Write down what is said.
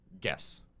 guess